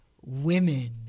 women